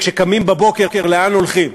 כשקמים בוקר, לאן הולכים?